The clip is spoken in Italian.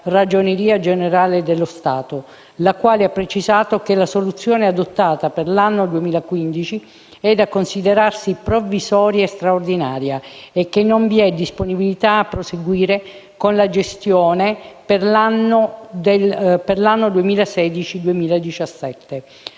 Ragioneria generale dello Stato, la quale ha precisato che la soluzione adottata per l'anno 2015 è da considerarsi «provvisoria e straordinaria» e che non vi è disponibilità a proseguire con la gestione di NoiPA per l'anno 2016-2017.